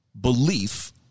belief